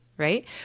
right